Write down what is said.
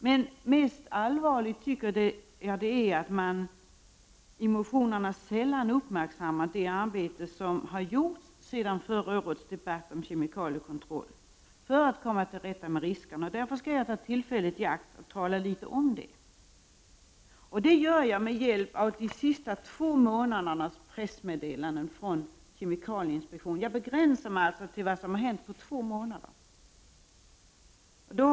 Men det allvarligaste tycker jag är att man i motionerna sällan uppmärksammar det arbete som har gjorts sedan förra årets debatt om kemikaliekontroll för att vi skall kunna komma till rätta med riskerna. Därför skall jag ta tillfället i akt och tala litet om den saken. Jag tar då till min hjälp de pressmeddelanden som under de senaste två månanderna har kommit från kemikalieinspektionen — jag begränsar mig alltså till det som har hänt under två månader.